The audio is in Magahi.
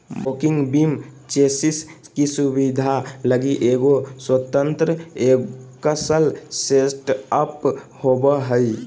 वोकिंग बीम चेसिस की सुबिधा लगी एगो स्वतन्त्र एगोक्स्ल सेटअप होबो हइ